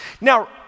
Now